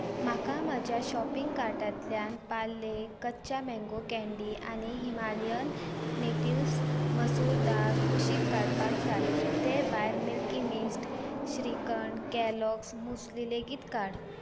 म्हाका म्हज्या शॉपिंग कार्टांतल्यान पार्ले कच्चा मँगो कँडी आनी हिमालयन नेटिव्ह्ज मसूर दाळ कुशीक काडपाक जाय ते भायर Milky Mist shrikhand Kellogg's muesli लेगीत काड